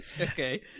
Okay